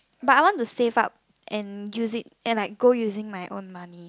but I want to and save up and use it and like go using my own money